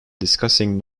discussing